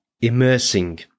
immersing